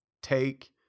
Take